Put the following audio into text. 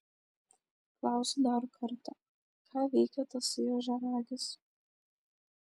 klausiu dar kartą ką veikia tasai ožiaragis